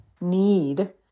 need